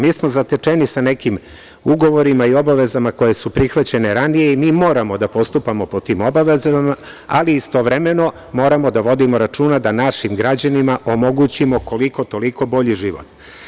Mi smo zatečeni sa nekim ugovorima i obavezama koje su prihvaćene ranije i mi moramo da postupamo po tim obavezama, ali istovremeno moramo da vodimo računa da našim građanima omogućimo koliko-toliko bolji život.